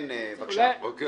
אני רוצה להגיד